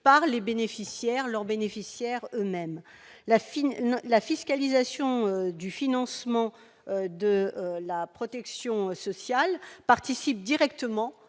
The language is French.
de santé - par les bénéficiaires eux-mêmes. La fiscalisation du financement de la protection sociale participe directement